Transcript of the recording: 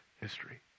history